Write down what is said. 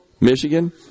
Michigan